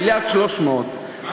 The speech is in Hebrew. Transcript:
מיליארד ו-300,000,